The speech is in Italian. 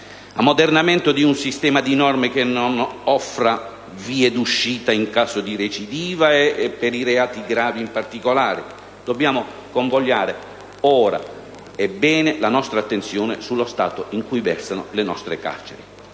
Ammoderna un sistema di norme che non offra vie d'uscita in caso di recidiva e per i reati gravi, in particolare, dobbiamo convogliare ora, e bene, la nostra attenzione sullo stato i cui versano le nostre carceri.